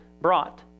brought